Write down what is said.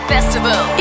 Festival